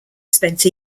spent